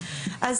נכון,